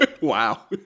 Wow